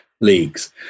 leagues